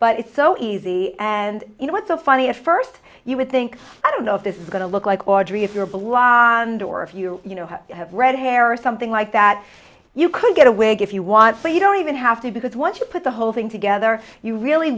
but it's so easy and you know what's so funny a first you would think i don't know if this is going to look like audrey if you're blond or if you have red hair or something like that you could get a wig if you want but you don't even have to because once you put the whole thing together you really